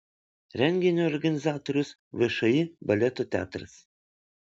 renginio organizatorius všį baleto teatras